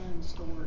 story